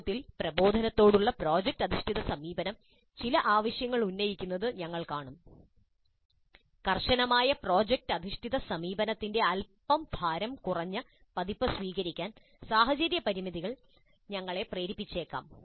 തത്ത്വത്തിൽ പ്രബോധനത്തോടുള്ള പ്രോജക്റ്റ് അധിഷ്ഠിത സമീപനം ചില ആവശ്യങ്ങൾ ഉന്നയിക്കുന്നത് ഞങ്ങൾ കാണും കർശനമായ പ്രോജക്റ്റ് അധിഷ്ഠിത സമീപനത്തിന്റെ അല്പം ഭാരം കുറഞ്ഞ പതിപ്പ് സ്വീകരിക്കാൻ സാഹചര്യ പരിമിതികൾ ഞങ്ങളെ പ്രേരിപ്പിച്ചേക്കാം